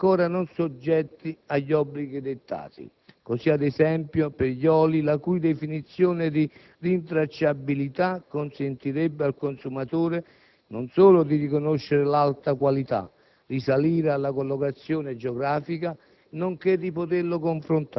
come dovrebbe essere concepito per tutti i prodotti, inclusi quelli ancora non soggetti agli obblighi dettati. Così, ad esempio, per gli oli, la cui definizione di rintracciabilità consentirebbe al consumatore non solo di riconoscere l'alta qualità,